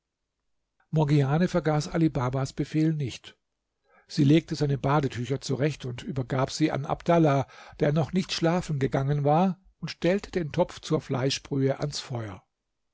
morgiane vergaß ali babas befehl nicht sie legte seine badetücher zurecht übergab sie an abdallah der noch nicht schlafen gegangen war und stellte den topf zur fleischbrühe ans feuer